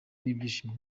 n’ibyishimo